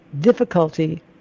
difficulty